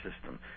system